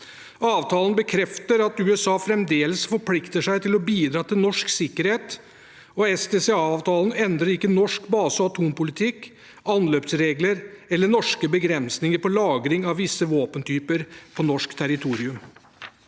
Avtalen bekrefter at USA fremdeles forplikter seg til å bidra til norsk sikkerhet. SDCA-avtalen endrer ikke norsk base- og atompolitikk, anløpsregler eller norske begrensninger på lagring av visse våpentyper på norsk territorium.